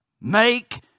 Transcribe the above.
Make